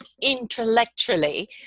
intellectually